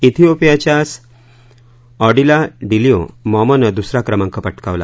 थिओपियाच्याच ऑडिलाडिल्यू मॉमोनं दुसरा क्रमांक पटकावला